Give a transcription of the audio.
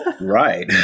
Right